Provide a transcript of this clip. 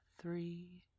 three